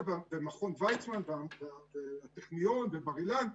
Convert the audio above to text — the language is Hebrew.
במכון ויצמן ובטכניון ובבר אילן,